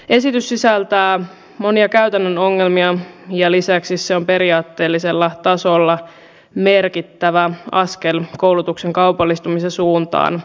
esitys sisältää monia käytännön ongelmia ja lisäksi se on periaatteellisella tasolla merkittävä askel koulutuksen kaupallistumisen suuntaan